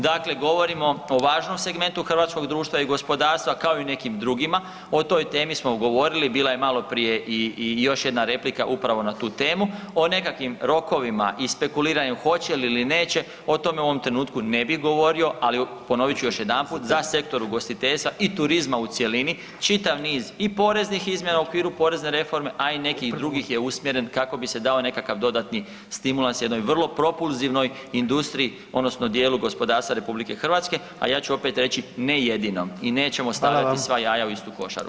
Dakle, govorimo o važnom segmentu hrvatskog društva i gospodarstva, kao i nekim drugima, o toj temi smo govorili, bila je maloprije i, i još jedna replika upravo na tu temu o nekakvim rokovima i spekuliranjem hoće li ili neće, o tome u ovom trenutku ne bi govorio, ali, ponovit ću još jedanput, za sektor ugostiteljstva i turizma u cjelini čitav niz i poreznih izmjena u okviru porezne reforme, a i nekih drugih je usmjeren kako bi se dao nekakav dodatni stimulans jednoj vrlo propulzivnoj industriji odnosno dijelu gospodarstva RH, a ja ću opet reći, ne jedinom i nećemo stavljati [[Upadica: Hvala]] sva jaja u istu košaru.